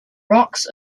rocks